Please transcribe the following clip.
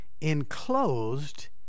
enclosed